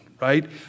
right